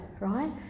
right